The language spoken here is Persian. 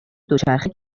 دوچرخه